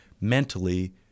mentally